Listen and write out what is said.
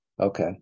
Okay